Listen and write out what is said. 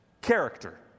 character